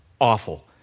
awful